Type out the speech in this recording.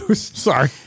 Sorry